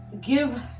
give